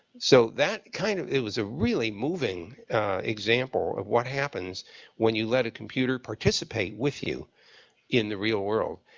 so that kind of it was a really moving example of what happens when you let a computer participate with you in the real world.